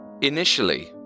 Initially